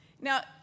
Now